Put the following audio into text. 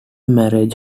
marriage